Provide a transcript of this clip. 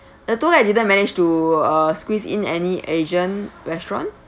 the tour guide didn't manage to uh squeeze in any asian restaurant